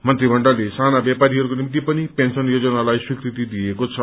मन्त्रीमण्डलले साना व्यापारीहरूको निम्ति पनि पेन्शन योजनालाई स्वीकृति दिएको छ